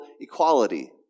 equality